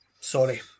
Sorry